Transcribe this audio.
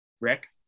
Rick